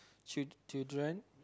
chi~ children